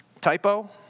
Typo